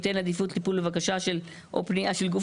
וייתן עדיפות לטיפול בבקשה או בפנייה של גוף